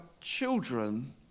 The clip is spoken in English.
children